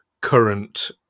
current